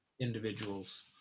Individuals